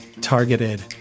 targeted